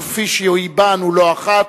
וכפי שהבענו לא אחת,